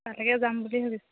তালৈকে যাম বুলি ভাবিছোঁ